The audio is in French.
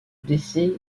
décès